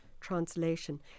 translation